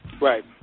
Right